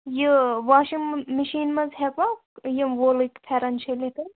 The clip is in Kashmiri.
یہِ واشِنٛگ مِشیٖن منٛز ہٮ۪کوا یِم ووٗلِکۍ فٮ۪رَن چھٔلِتھ حظ